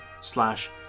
slash